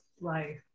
life